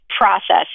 process